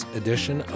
edition